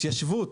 התיישבות,